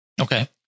Okay